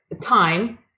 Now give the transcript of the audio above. time